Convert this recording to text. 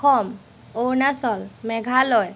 Assam Arunachal Meghalaya